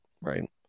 right